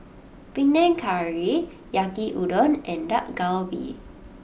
Panang Curry Yaki Udon and Dak Galbi